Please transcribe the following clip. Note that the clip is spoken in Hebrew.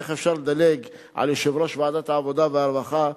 איך אפשר לדלג על יושב-ראש ועדת העבודה והרווחה,